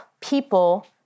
people